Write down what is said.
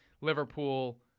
Liverpool